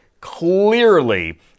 Clearly